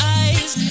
eyes